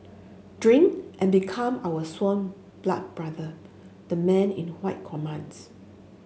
drink and become our sworn blood brother the man in white commands